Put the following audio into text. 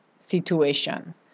situation